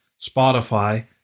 Spotify